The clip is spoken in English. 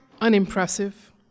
unimpressive